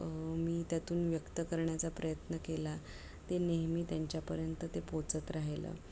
मी त्यातून व्यक्त करण्याचा प्रयत्न केला ते नेहमी त्यांच्यापर्यंत ते पोहोचत राहिलं